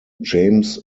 james